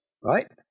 right